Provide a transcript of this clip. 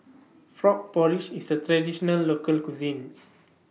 Frog Porridge IS A Traditional Local Cuisine